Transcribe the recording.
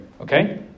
okay